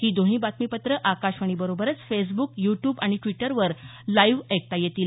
ही दोन्ही बातमीपत्रं आकाशवाणी बरोबरच फेसबुक युट्युब आणि द्विटरवर लाईव्ह ऐकता येतील